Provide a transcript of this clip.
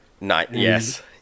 Yes